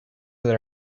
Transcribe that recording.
that